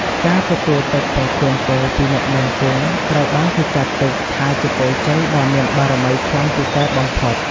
ការទទួលទឹកប្រទានពរពីអ្នកមានគុណត្រូវបានគេចាត់ទុកថាជាពរជ័យដ៏មានបារមីខ្លាំងពូកែបំផុត។